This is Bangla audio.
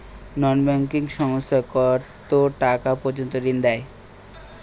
নন ব্যাঙ্কিং সংস্থা কতটাকা পর্যন্ত ঋণ দেয়?